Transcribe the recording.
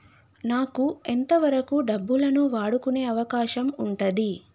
నాకు ఎంత వరకు డబ్బులను వాడుకునే అవకాశం ఉంటది?